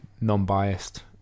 non-biased